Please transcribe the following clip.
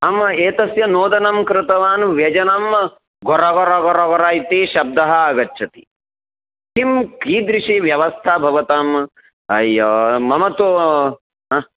आम् एतस्य नोदनं कृतवान् व्यजनं गोरवरगोरवोर इति शब्दः आगच्छति किं कीदृशी व्यवस्था भवतां अ मम तु हा